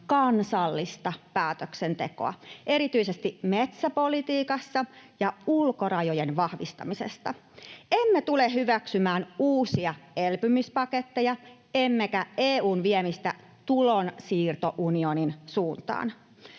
kansallista päätöksentekoa erityisesti metsäpolitiikassa ja ulkorajojen vahvistamista. Emme tule hyväksymään uusia elpymispaketteja emmekä EU:n viemistä tulonsiirtounionin suuntaan.